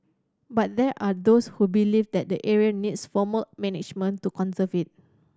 but there are those who believe that the area needs formal management to conserve it